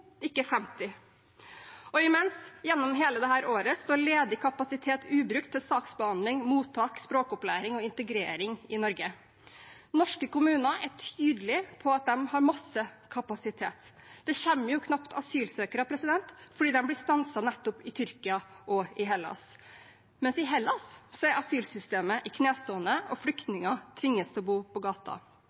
ikke 50. Imens, gjennom hele dette året, står ledig kapasitet ubrukt til saksbehandling, mottak, språkopplæring og integrering i Norge. Norske kommuner er tydelige på at de har masse kapasitet. Det kommer knapt asylsøkere fordi de blir stanset i Tyrkia og i Hellas. Mens i Hellas er asylsystemet i knestående, og flyktninger tvinges til å bo på